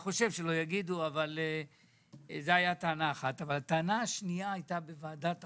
הטענה השנייה, בוועדת החוקה,